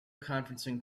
conferencing